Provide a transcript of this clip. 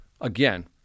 again